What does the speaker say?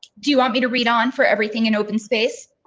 do you want me to read on for everything in open space?